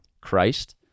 christ